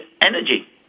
energy